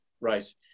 right